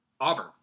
Auburn